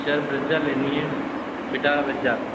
sir Brezza लेनी है Vitara Viraja